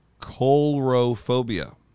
Colrophobia